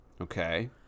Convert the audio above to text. Okay